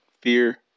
fear